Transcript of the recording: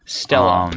stella. um